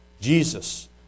Jesus